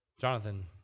Jonathan